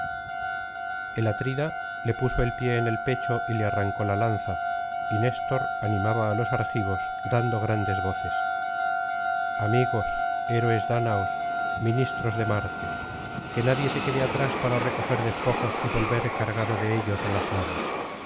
el atrida le puso el pie en el pecho y le arrancó la lanza y néstor animaba á los argivos dando grandes voces amigos héroes dáñaos ministros de marte que nadie se quede atrás para recoger despojos y volver cargado de ellos a las naves